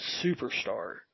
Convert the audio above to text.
superstar